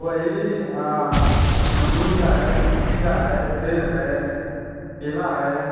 अ वही अंगूर का है लीची का है सेब है केला है